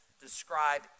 describe